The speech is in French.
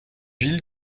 ville